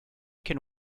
can